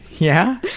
yeah?